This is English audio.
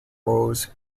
rows